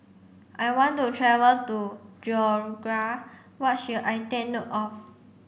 I want to travel to Georgia what should I take note of